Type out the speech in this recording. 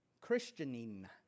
Christianing